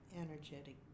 energetic